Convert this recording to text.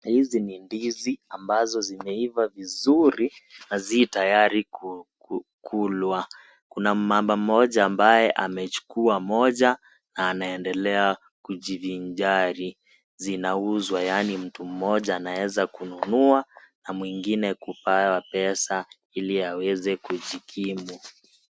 Hizi ni ndizi ambazo zimeiva vizuri na zi tayari kukulwa. Kuna mama ambaye amechukua moja na anaendelea kujivinjari zinauzwa yaani mtu mmoja anaeza kununua na mwingine kupewa pesa hili aweze kujikimu.